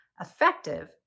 effective